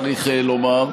צריך לומר,